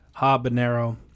habanero